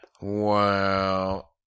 Wow